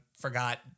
forgot